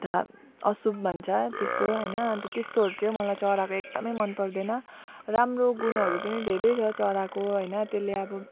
अनि त अशुभ भन्छ त्यस्तो हैन त्यस्तोहरू चाहिँ मलाई चराको एकदमै मन पर्दैन राम्रो गुणहरू पनि धेरै छ चराहरूको हैन त्यसले अब